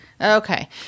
Okay